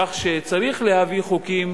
כך שצריך להביא חוקים,